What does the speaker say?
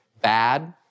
bad